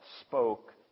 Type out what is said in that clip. spoke